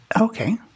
Okay